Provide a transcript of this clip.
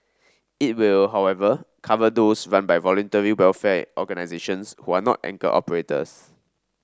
it will however cover those run by Voluntary Welfare Organisations who are not anchor operators